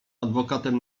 adwokatem